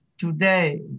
today